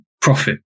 profit